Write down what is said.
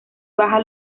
baja